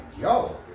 yo